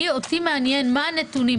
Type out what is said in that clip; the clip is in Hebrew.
אותי מעניינים הנתונים.